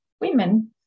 women